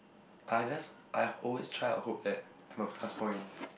I just I always try to hope that I'm a plus point